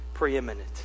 preeminent